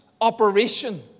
operation